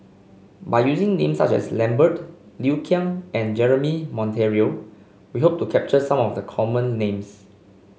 by using names such as Lambert Liu Kang and Jeremy Monteiro we hope to capture some of the common names